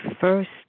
first